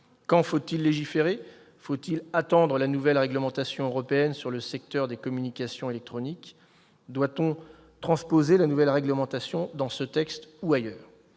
Quand faut-il légiférer ? Faut-il attendre la nouvelle réglementation européenne sur le secteur des communications électroniques ? Doit-on transposer la nouvelle réglementation dans ce texte ou ailleurs ?